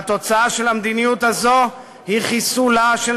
והתוצאה של המדיניות הזאת היא חיסולה של